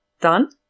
Done